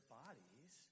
bodies